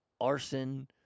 arson